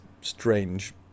strange